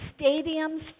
stadiums